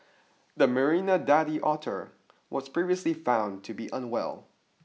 the Marina daddy otter was previously found to be unwell